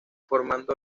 formando